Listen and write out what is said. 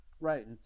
Right